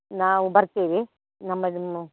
ನಾವು ಬರ್ತೀವಿ ನಮ್ಮ ನಿಮ್ಮ